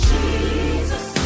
Jesus